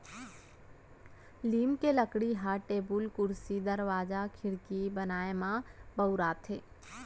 लीम के लकड़ी ह टेबुल, कुरसी, दरवाजा, खिड़की बनाए म बउराथे